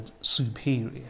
superior